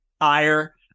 ire